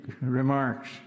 remarks